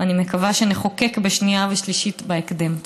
ואני מקווה שנחוקק בשנייה ושלישית בהקדם.